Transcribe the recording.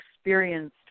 experienced